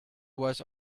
was